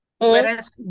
Whereas